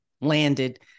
landed